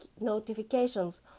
notifications